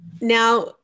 Now